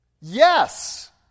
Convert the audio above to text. Yes